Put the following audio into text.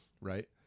right